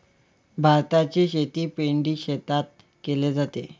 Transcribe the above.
भाताची शेती पैडी शेतात केले जाते